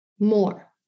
more